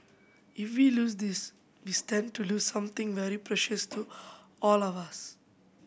if we lose this we stand to lose something very precious to all of us